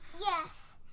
Yes